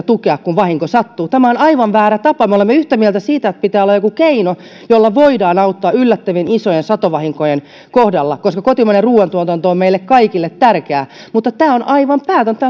tukea kun vahinko sattuu tämä on aivan väärä tapa me olemme yhtä mieltä siitä että pitää olla joku keino jolla voidaan auttaa yllättävien isojen satovahinkojen kohdalla koska kotimainen ruuantuotanto on meille kaikille tärkeää mutta tämä on aivan päätöntä